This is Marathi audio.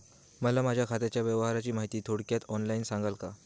मला माझ्या खात्याच्या व्यवहाराची माहिती थोडक्यात ऑनलाईन सांगाल का?